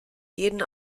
jeden